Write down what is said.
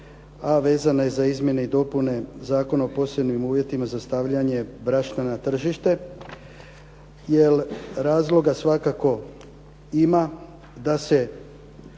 a vezana je za Izmjene i dopune zakona o posebnim uvjetima za stavljanje brašna na tržište. Jer razloga svakako ima da se